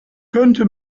könnte